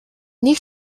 нэг